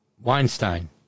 Weinstein